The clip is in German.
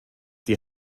die